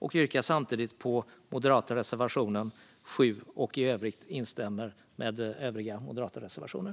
Jag yrkar också bifall till Moderaternas reservation 7 och instämmer i övriga moderata reservationer.